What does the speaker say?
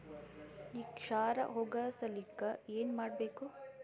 ಈ ಕ್ಷಾರ ಹೋಗಸಲಿಕ್ಕ ಏನ ಮಾಡಬೇಕು?